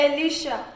Elisha